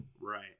Right